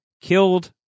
killed